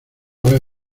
vez